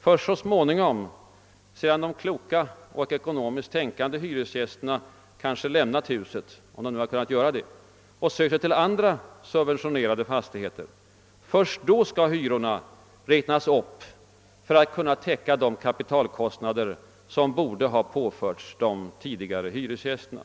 Först så småningom, sedan de kloka och ekonomiskt tänkande hyresgästerna kanske lämnat huset — om de nu kan göra det — och sökt sig till andra, subventionerade fastigheter, skall hyrorna räknas upp för att kunna täcka de kapitalkostnader som borde ha påförts de tidigare hyresgästerna.